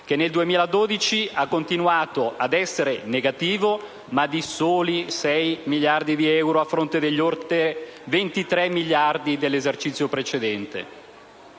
che nel 2012 ha continuato ad essere negativo, ma di «soli» 6 miliardi di euro, a fronte degli oltre 23 miliardi dell'esercizio precedente.